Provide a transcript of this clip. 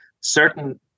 certain